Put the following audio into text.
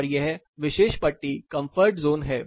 और यह विशेष पट्टी कम्फर्ट जोन है